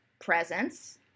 presence